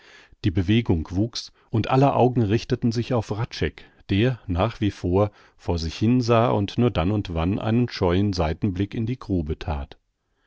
die bewegung wuchs und aller augen richteten sich auf hradscheck der nach wie vor vor sich hin sah und nur dann und wann einen scheuen seitenblick in die grube that